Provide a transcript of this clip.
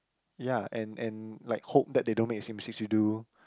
ya and and like hope that they don't make the same mistakes you do